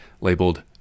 labeled